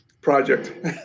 project